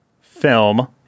film